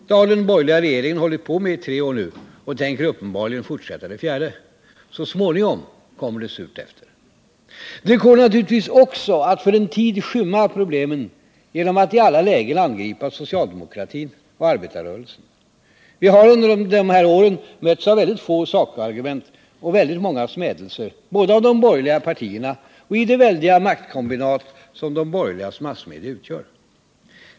Det har den borgerliga regeringen hållit på med i tre år nu och tänker uppenbarligen fortsätta det fjärde. Så småningom kommer det surt efter. Det går naturligtvis också att för en tid skymma problemen genom att i alla lägen angripa socialdemokratin och arbetarrörelsen. Vi har under dessa år mötts av väldigt få sakargument och väldigt många smädelser både från de borgerliga partierna och i det väldiga maktkombinat som de borgerligas massmedia utgör.